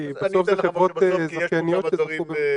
כי בסוף זה חברות זכייניות שזכו במכרז,